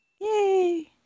Yay